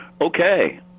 okay